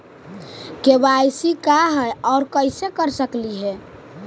KYC का है, और कैसे कर सकली हे?